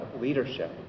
leadership